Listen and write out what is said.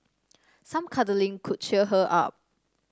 some cuddling could cheer her up